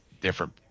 different